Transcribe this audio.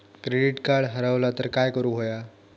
Credit card हरवला तर काय करुक होया?